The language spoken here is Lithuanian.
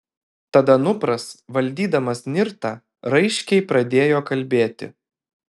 tad anupras valdydamas nirtą raiškiai pradėjo kalbėti